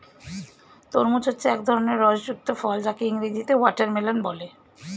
তরমুজ হচ্ছে এক ধরনের রস যুক্ত ফল যাকে ইংরেজিতে ওয়াটারমেলান বলে